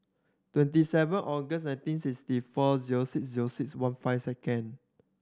twenty seven August nineteen sixty four zero six zero six one five second